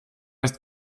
ist